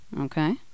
Okay